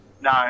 No